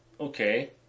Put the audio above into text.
okay